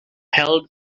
held